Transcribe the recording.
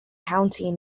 county